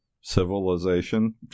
civilization